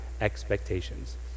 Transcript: expectations